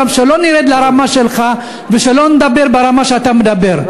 שלא נרד לרמה שלך ושלא נדבר ברמה שאתה מדבר,